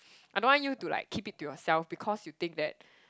I don't want you to like keep it to yourself because you think that